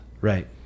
Right